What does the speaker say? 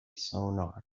sonar